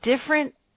Different